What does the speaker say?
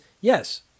yes